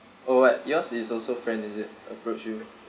oh what yours is also friend is it approach you